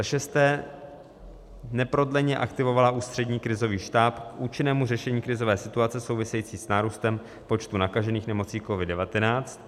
6. neprodleně aktivovala Ústřední krizový štáb k účinnému řešení krizové situace související s nárůstem počtu nakažených nemocí COVID19;